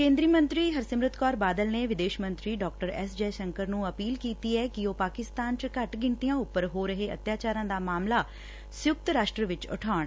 ਕੇਂਦਰੀ ਮੰਤਰੀ ਹਰਸਿਮਰਤ ਕੌਰ ਬਾਦਲ ਨੇ ਵਿਦੇਸ਼ ਮੰਤਰੀ ਡਾ ਐਸ ਜੈਸ਼ੰਕਰ ਨੂੰ ਅਪੀਲ ਕੀਤੀ ਏ ਕਿ ਉਹ ਪਾਕਿਸਤਾਨ ਚ ਘੱਟ ਗਿਣਤੀਆਂ ਉਪਰ ਹੋਰ ਰਹੇ ਅੱਤਿਆਚਾਰਾਂ ਦਾ ਮਾਮਲਾ ਸੰਯੁਕਤ ਰਾਸ਼ਟਰ ਵਿਚ ਉਠਾਉਣ